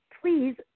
please